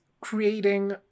creating